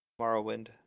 Morrowind